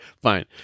fine